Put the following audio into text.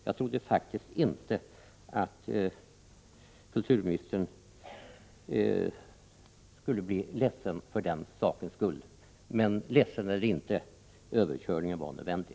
Jag trodde faktiskt inte att kulturministern skulle bli ledsen för den sakens skull. Men, ledsen eller inte: Överkörningen var nödvändig.